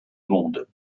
monde